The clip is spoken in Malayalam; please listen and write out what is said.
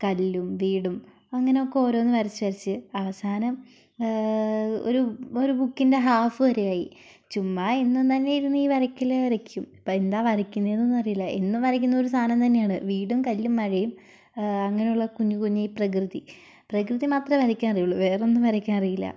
കല്ലും വീടും അങ്ങനെ ഒക്കെ ഓരോന്ന് വരച്ച് വരച്ച് അവസാനം ഒരു ഒരു ബുക്കിന്റെ ഹാഫ് വരെയായി ചുമ്മാ എന്നുംതന്നെ ഇരുന്നു ഈ വരക്കല് വരക്കും ഇപ്പൊൾ എന്താ വരക്കുന്നത് എന്നൊന്നും അറിയില്ല എന്നും വരക്കുന്ന സാധനം തന്നെയാണ് വീടും കല്ലും മഴയും അങ്ങിനെയുള്ള കുഞ്ഞുകുഞ്ഞു പ്രകൃതി പ്രകൃതി മാത്രേ വരക്കാൻ അറിയുള്ളൂ വേറൊന്നും വരക്കാൻ അറിയില്ല